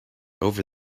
over